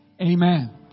amen